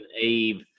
Abe